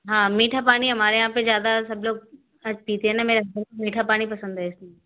हाँ मीठा पानी हमारे यहाँ पे ज़्यादा सब लोग पीते हैं ना मेरे हसबैंड को मीठा पानी पसंद है